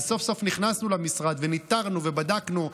אז סוף-סוף נכנסנו למשרד וניטרנו ובדקנו,